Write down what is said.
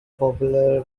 popular